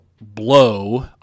Blow